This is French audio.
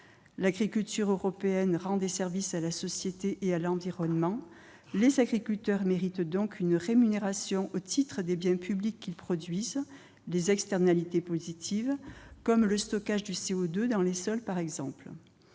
L'agriculture européenne rend des services à la société et à l'environnement. Les agriculteurs méritent une rémunération au titre des biens publics qu'ils produisent. Je pense aux externalités positives, comme le stockage du CO2 dans les sols. Il